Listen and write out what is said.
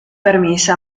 permise